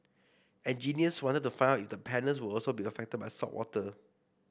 engineers wanted to find out if the panels would be affected by saltwater